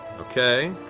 okay.